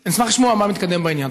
אני אשמח לשמוע מה מתקדם בעניין.